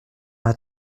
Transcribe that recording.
hat